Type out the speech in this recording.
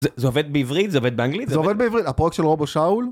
זה עובד בעברית זה עובד באנגלית זה עובד בעברית הפרויקט של רובו שאול.